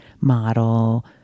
model